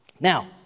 Now